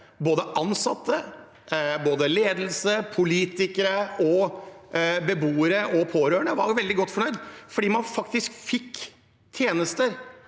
Både ansatte, ledelse, politikere, beboere og pårørende var veldig godt fornøyde fordi man faktisk fikk tjenester,